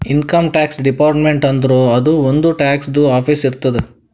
income tax department ಅಂದುರ್ ಅದೂ ಒಂದ್ ಟ್ಯಾಕ್ಸದು ಆಫೀಸ್ ಇರ್ತುದ್